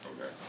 Okay